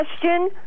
question